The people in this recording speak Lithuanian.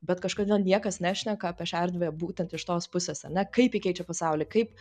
bet kažkodėl niekas nešneka apie šią erdvę būtent iš tos pusės ane kaip ji keičia pasaulį kaip